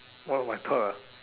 what are my thought ah